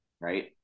right